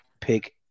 pick